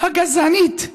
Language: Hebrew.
הגזענית,